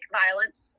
violence